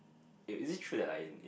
is is it true that like in